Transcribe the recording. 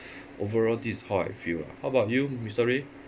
overall this is how I feel lah how about you mister lee